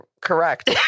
Correct